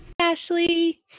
Ashley